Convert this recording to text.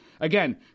again